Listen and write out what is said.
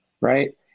right